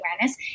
awareness